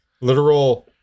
literal